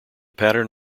pattern